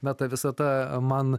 meta visata man